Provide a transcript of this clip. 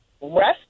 rest